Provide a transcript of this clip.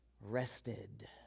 rested